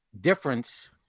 difference